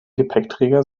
gepäckträger